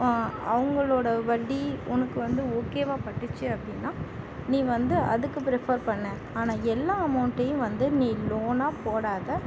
அவங்களோட வட்டி உனக்கு வந்து ஓகேவா பட்டுச்சு அப்படின்னா நீ வந்து அதுக்கு ப்ரிப்பர் பண்ணு ஆனால் எல்லா அமௌன்ட்டையும் வந்து நீ லோனாக போடாத